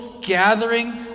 gathering